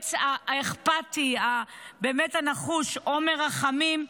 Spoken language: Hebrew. היועץ האכפתי, הנחוש באמת, עומר רחמים,